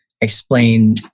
explain